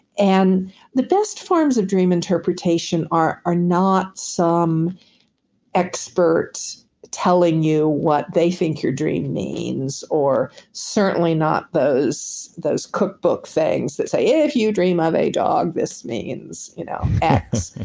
and the best forms of dream interpretation are not some expert telling you what they think your dream means, or certainly not those those cookbook things that say, if you dream of a dog this means you know x.